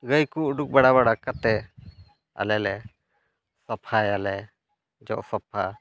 ᱜᱟᱹᱭ ᱠᱚ ᱩᱰᱩᱠ ᱵᱟᱲᱟ ᱵᱟᱲᱟ ᱠᱟᱛᱮᱫ ᱟᱞᱮ ᱞᱮ ᱥᱟᱯᱷᱟᱭᱟᱞᱮ ᱡᱚᱫ ᱥᱟᱯᱷᱟ